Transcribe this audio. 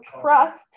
trust